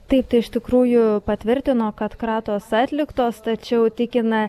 taip tai iš tikrųjų patvirtino kad kratos atliktos tačiau tikina